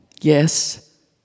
Yes